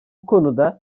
konuda